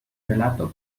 relato